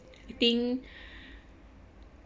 I think